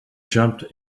jumped